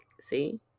See